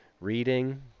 reading